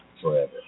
Forever